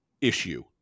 issue